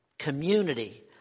community